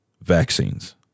vaccines